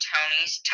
Tony's